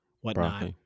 whatnot